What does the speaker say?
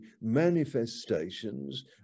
manifestations